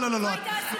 זו הייתה הסיבה.